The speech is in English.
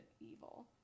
evil